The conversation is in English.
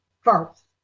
first